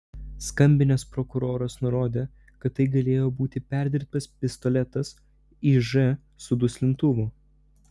skambinęs prokuroras nurodė kad tai galėjo būti perdirbtas pistoletas iž su duslintuvu